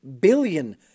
billion